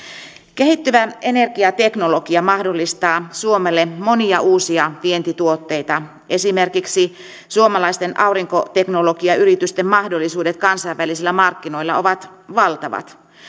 kehittyvä energiateknologia mahdollistaa suomelle monia uusia vientituotteita esimerkiksi suomalaisten aurinkoteknologiayritysten mahdollisuudet kansainvälisillä markkinoilla ovat valtavat